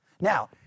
Now